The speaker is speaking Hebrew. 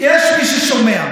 יש מי ששומע.